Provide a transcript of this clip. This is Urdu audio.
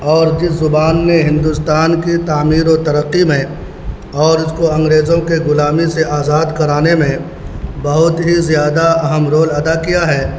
اور جس زبان میں ہندوستان کی تعمیر و ترقی میں اور اس کو انگریزوں کے گلامی سے آزاد کرانے میں بہت ہی زیادہ اہم رول ادا کیا ہے